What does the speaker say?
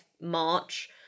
March